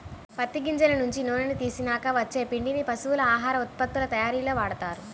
పత్తి గింజల నుంచి నూనెని తీసినాక వచ్చే పిండిని పశువుల ఆహార ఉత్పత్తుల తయ్యారీలో వాడతారు